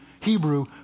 Hebrew